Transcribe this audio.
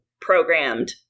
programmed